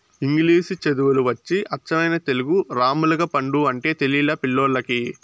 ఇంగిలీసు చదువులు వచ్చి అచ్చమైన తెలుగు రామ్ములగపండు అంటే తెలిలా పిల్లోల్లకి